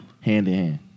hand-in-hand